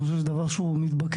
אני חושב שזה דבר שהוא מתבקש.